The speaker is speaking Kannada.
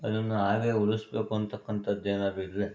ಅದನ್ನು ಹಾಗೆ ಉಳಿಸ್ಬೇಕು ಅನ್ನತಕ್ಕಂಥದ್ದೇನಾದರೂ ಇದ್ದರೆ